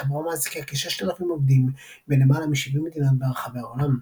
החברה מעסיקה כ-6,000 עובדים בלמעלה מ-70 מדינות ברחבי העולם.